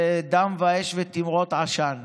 זה דם ואש ותמרות עשן